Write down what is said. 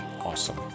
awesome